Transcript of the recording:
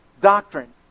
doctrine